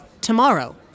tomorrow